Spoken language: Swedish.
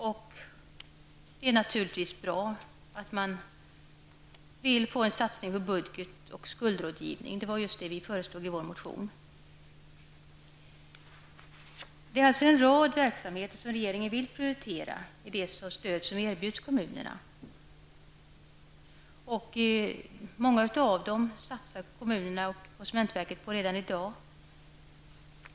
Det är naturligtvis också bra att man vill få en satsning på budget och skuldrådgivning. Det är just detta vi föreslår i vår motion. Regeringen vill alltså prioritera en rad verksamheter i det stöd som erbjuds kommunerna. Många av dessa verksamheter satsar kommuner och konsumentverket på redan i dag.